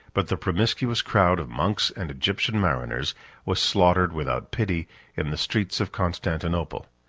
but the promiscuous crowd of monks and egyptian mariners was slaughtered without pity in the streets of constantinople.